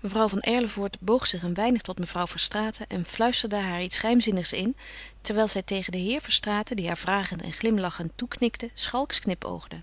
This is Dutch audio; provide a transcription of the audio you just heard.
mevrouw van erlevoort boog zich een weinig tot mevrouw verstraeten en fluisterde haar iets geheimzinnigs in terwijl zij tegen den heer verstraeten die haar vragend en glimlachend toeknikte schalks knipoogde